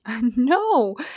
No